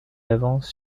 d’avance